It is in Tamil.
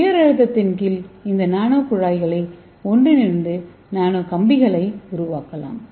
உயர் அழுத்தத்தின் கீழ் இந்த நானோகுழாய்கள் ஒன்றிணைந்து நானோ கம்பிகளை உருவாக்கலாம்